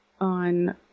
On